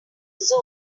zoo